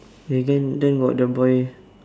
eh then then got the boy